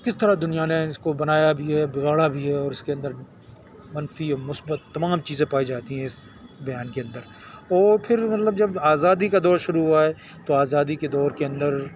کس طرح دنیا نے اس کو بنایا بھی ہے بگاڑا بھی ہے اور اس کے اندر منفی اور مثبت تمام چیزیں پائی جاتی ہیں اس بیان کے اندر اور پھر مطلب جب آزادی کا دور شروع ہوا ہے تو آزادی کے دور کے اندر